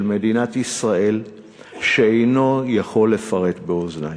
מדינת ישראל שהוא אינו יכול לפרט באוזני.